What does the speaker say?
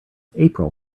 april